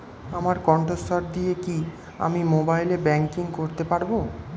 আমার কন্ঠস্বর দিয়ে কি আমি মোবাইলে ব্যাংকিং করতে পারবো?